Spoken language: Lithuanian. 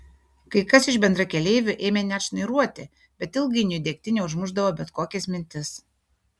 kai kas iš bendrakeleivių ėmė net šnairuoti bet ilgainiui degtinė užmušdavo bet kokias mintis